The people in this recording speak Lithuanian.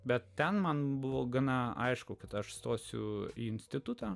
bet ten man buvo gana aišku kad aš stosiu į institutą